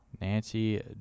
Nancy